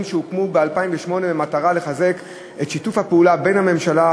שהוקמו ב-2008 במטרה לחזק את שיתוף הפעולה בין הממשלה,